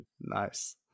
Nice